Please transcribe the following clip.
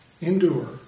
endure